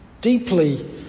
Deeply